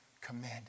commanded